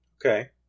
Okay